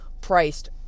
priced